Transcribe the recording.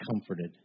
comforted